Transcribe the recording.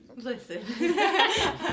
Listen